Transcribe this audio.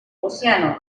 ozeano